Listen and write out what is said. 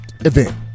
event